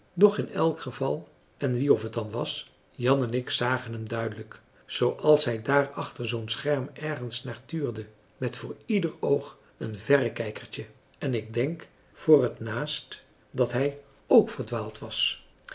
doch in elk geval en wie of het dan was jan en ik zagen hem duidelijk zooals hij daar achter zoo'n scherm ergens naar tuurde met voor ieder oog een verrekijkertje en ik denk voor het naast dat hij k verdwaald was